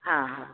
हा हा